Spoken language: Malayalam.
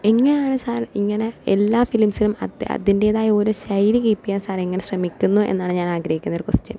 എങ്ങനാണ് സർ ഇങ്ങനെ എല്ലാ ഫിലിംസിലും അത് അതിൻ്റെതായൊരു ശൈലി കീപെയ്യാൻ സർ എങ്ങനെ ശ്രമിക്കുന്നു എന്നാണ് ഞാൻ ആഗ്രഹിക്കുന്നൊരു കൊസ്ട്യൻ